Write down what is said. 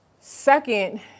Second